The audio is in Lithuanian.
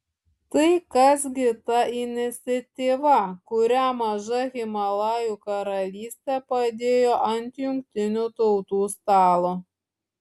tai kas gi ta iniciatyva kurią maža himalajų karalystė padėjo ant jungtinių tautų stalo